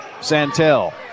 Santel